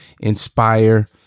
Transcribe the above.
inspire